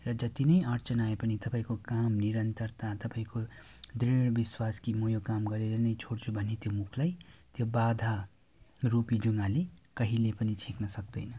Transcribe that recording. र जति नै अड्चन आए पनि तपाईँको काम निरन्तरता तपाईँको दृढ विश्वास कि म यो काम गरेर नै छोड्छु भन्ने त्यो मुखलाई त्यो बाधारूपी जुङ्गाले कहिले पनि छेक्न सक्दैन